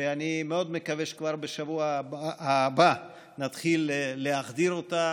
ואני מאוד מקווה שכבר בשבוע הבא נתחיל להחדיר אותה,